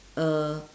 uh